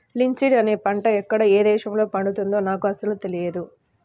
linseed అనే పంట ఎక్కడ ఏ దేశంలో పండుతుందో నాకు అసలు తెలియదు